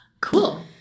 Cool